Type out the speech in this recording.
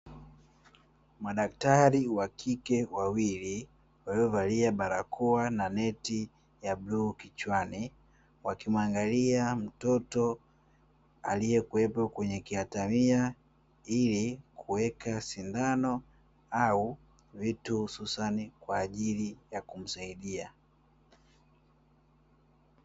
Madaktari wakike wawili, waliovalia barakoa na neti ya bluu kichwani, wakimuangalia mtoto aliyekuwepo kwenye kiatamia ili kuweka sindano au vitu hususani kwa ajili ya kumsaidia.